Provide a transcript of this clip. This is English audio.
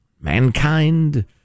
Mankind